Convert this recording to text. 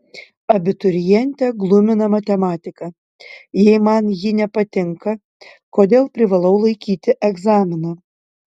abiturientę glumina matematika jei man ji nepatinka kodėl privalau laikyti egzaminą